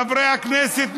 חברי הכנסת מהליכוד,